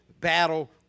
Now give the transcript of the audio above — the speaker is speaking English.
battle